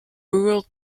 rural